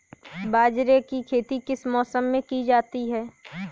बाजरे की खेती किस मौसम में की जाती है?